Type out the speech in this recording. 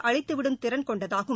அழித்துவிடும் திறன் கொண்டதாகும்